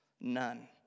None